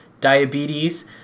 diabetes